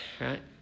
right